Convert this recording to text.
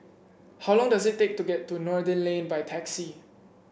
how long does it take to get to Noordin Lane by taxi